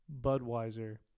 Budweiser